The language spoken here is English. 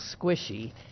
squishy